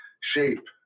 shape